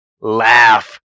laugh